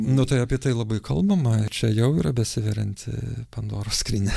nu tai apie tai labai kalbama čia jau yra besiverianti pandoros skrynia